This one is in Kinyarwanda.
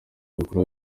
bikorwa